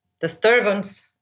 disturbance